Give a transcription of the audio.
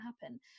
happen